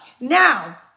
Now